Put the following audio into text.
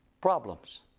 problems